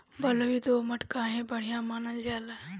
बलुई दोमट काहे बढ़िया मानल जाला?